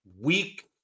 weak